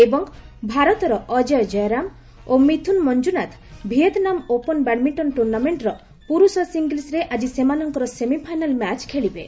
ଏବଂ ଭାରତର ଅଜୟ ଜୟରାମ ଓ Mithun Manjunath Vietnam open badminton ଟୁର୍ଣ୍ଣାମେଣ୍ଟର ପୁରୁଷ ସିଙ୍ଗିଲ୍ୱରେ ଆଜି ସେମାନଙ୍କର ସେମିଫାଇନାଲ ମ୍ୟାଚ୍ ଖେଳିବେ